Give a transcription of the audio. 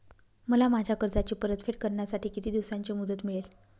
मला माझ्या कर्जाची परतफेड करण्यासाठी किती दिवसांची मुदत मिळेल?